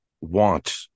want